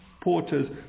porters